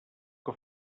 que